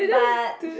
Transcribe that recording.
but